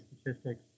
statistics